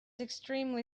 extremely